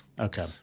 Okay